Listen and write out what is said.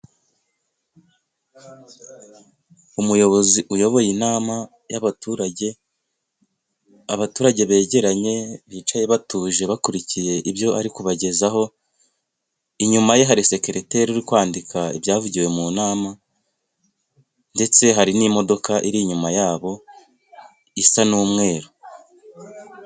Umuyobozi uyoboye inama y'abaturage, abaturage begeranye bicaye batuje bakurikiye ibyo ari kubagezaho, inyuma ye hari sekereteri ari kwandika ibyavugiwe mu nama ndetse hari n'imodoka ir'inyuma yabo isa n'umweru.